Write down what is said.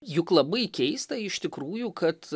juk labai keista iš tikrųjų kad